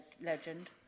legend